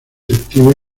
detective